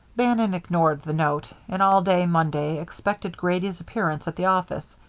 bannon ignored the note, and all day monday expected grady's appearance at the office.